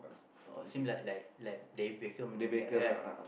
uh same like like like David-Beckham like right